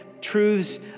truths